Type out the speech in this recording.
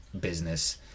business